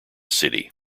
city